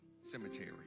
Cemetery